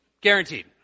Guaranteed